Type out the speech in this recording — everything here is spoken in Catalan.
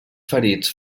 ferits